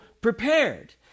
prepared